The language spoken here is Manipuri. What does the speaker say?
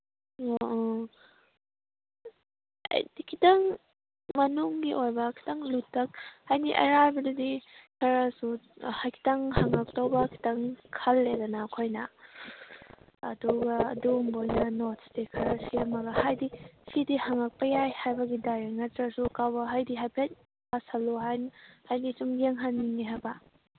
ꯑꯣ ꯑꯩꯗꯤ ꯈꯤꯇꯪ ꯃꯅꯨꯡꯒꯤ ꯑꯣꯏꯕ ꯈꯤꯇꯪ ꯂꯨꯇꯛ ꯍꯥꯏꯗꯤ ꯑꯔꯥꯏꯕꯗꯨꯗꯤ ꯈꯔꯁꯨ ꯍꯥꯏꯗꯤ ꯈꯤꯇꯪ ꯍꯪꯉꯛꯇꯧꯕ ꯈꯤꯇꯪ ꯈꯜꯂꯦꯗꯅ ꯑꯩꯈꯣꯏꯅ ꯑꯗꯨꯒ ꯑꯗꯨꯒꯨꯝꯕꯗ ꯑꯣꯏꯅ ꯅꯣꯠꯁꯇꯤ ꯈꯔ ꯁꯦꯝꯃꯒ ꯍꯥꯏꯗꯤ ꯁꯤꯗꯤ ꯍꯪꯉꯛꯄ ꯌꯥꯏ ꯍꯥꯏꯕꯒꯤ ꯗꯥꯏꯔꯦꯛ ꯅꯠꯇ꯭ꯔꯁꯨ ꯍꯥꯏꯗꯤ ꯀꯥꯕꯛ ꯍꯥꯏꯗꯤ ꯍꯥꯏꯐꯦꯠ ꯄꯥꯁꯜꯂꯣ ꯍꯥꯏꯗꯤ ꯁꯨꯝ ꯌꯦꯡꯍꯟꯅꯤꯡꯉꯦ ꯍꯥꯏꯕ